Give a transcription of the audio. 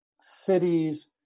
cities